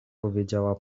powiedziała